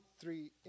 three